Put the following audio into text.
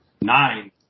Nine